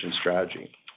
strategy